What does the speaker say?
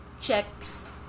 checks